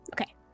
Okay